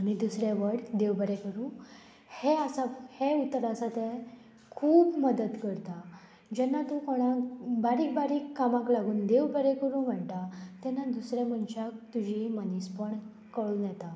आनी दुसरें व्हड देव बरें करूं हें आसा हें उतर आसा तें खूब मदत करता जेन्ना तूं कोणाक बारीक बारीक कामाक लागून देव बरें करूं म्हणटा तेन्ना दुसऱ्या मनशाक तुजी मनीसपण कळून येता